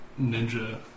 ninja